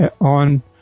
on